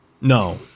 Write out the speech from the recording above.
no